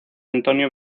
antonio